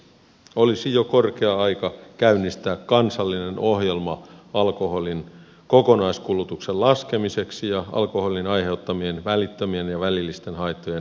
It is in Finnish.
olisi jo korkea aika käynnistää kansallinen ohjelma alkoholin kokonaiskulutuksen laskemiseksi ja alkoholin aiheuttamien välittömien ja välillisten haittojen vähentämiseksi